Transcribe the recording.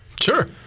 sure